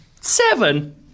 Seven